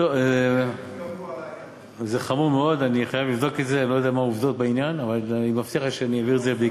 איך תתגברו על העניין הזה?